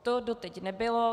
To doteď nebylo.